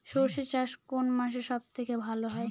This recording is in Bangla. সর্ষে চাষ কোন মাসে সব থেকে ভালো হয়?